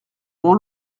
mon